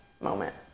moment